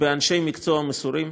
באנשי מקצוע מסורים,